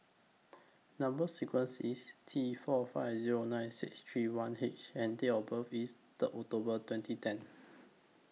Number sequence IS T four five Zero nine six three one H and Date of birth IS Third October twenty ten